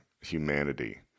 humanity